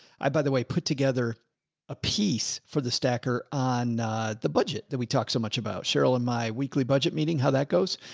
i, by the way, put together a piece for the stacker on the budget that we talk so much about cheryl and my weekly budget meeting, how that goes.